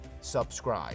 Subscribe